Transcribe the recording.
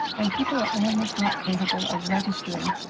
and people are almost not capable of registering